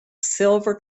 silver